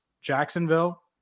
Jacksonville